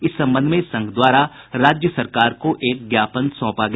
इस संबंध में संघ द्वारा राज्य सरकार को एक ज्ञापन सौंपा गया